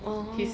orh